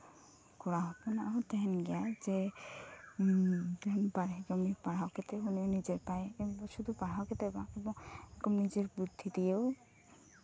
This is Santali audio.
ᱠᱚᱲᱟ ᱦᱚᱯᱚᱱᱟᱜ ᱦᱚᱸ ᱛᱟᱦᱮᱱ ᱜᱮᱭᱟ ᱡᱮ ᱵᱟᱨᱦᱮ ᱠᱟᱢᱤ ᱯᱟᱲᱦᱟᱣ ᱠᱟᱛᱮ ᱨᱮᱦᱚᱸ ᱱᱤᱡᱮᱨ ᱯᱟᱭᱮ ᱥᱩᱫᱷᱩ ᱠᱟᱛᱮᱫ ᱫᱚ ᱵᱟᱝ ᱮᱵᱚᱝ ᱱᱤᱡᱮᱨ ᱵᱩᱫᱽᱫᱷᱤ ᱫᱤᱭᱮ